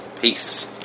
Peace